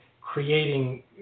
creating